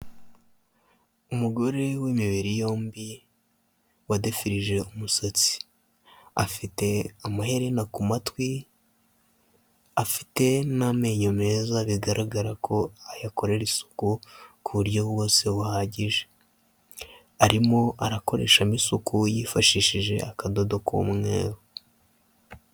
Umugore w'imibiri yombi wadefirije umusatsi, afite amaherena ku matwi, afite n'amenyo meza bigaragara ko ayakorera isuku ku buryo bwose buhagije, arimo arakoreshamo isuku yifashishije akadodo k'umweru.